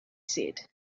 said